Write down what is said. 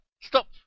Stop